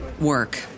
work